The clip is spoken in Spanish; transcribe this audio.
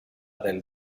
del